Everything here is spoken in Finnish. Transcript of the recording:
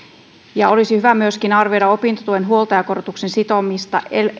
olisi hyvä myöskin arvioida opintotuen huoltajakorotuksen sitomista